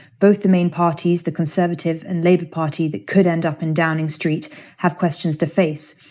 both the main parties, the conservative and labour party, that could end up in downing street have questions to face.